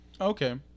Okay